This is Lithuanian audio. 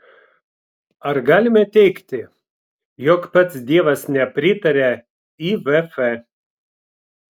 ar galime teigti jog pats dievas nepritaria ivf